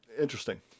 Interesting